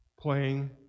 playing